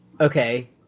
Okay